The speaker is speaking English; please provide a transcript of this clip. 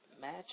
match